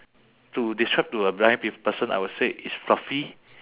to describe to a blind p~ person I would say it's fluffy